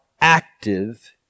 active